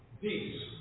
peace